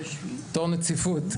בתור נציבות,